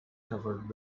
covered